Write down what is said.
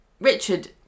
Richard